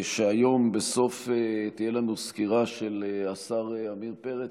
היום תהיה לנו סקירה של השר עמיר פרץ,